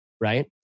Right